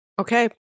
Okay